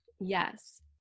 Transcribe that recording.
Yes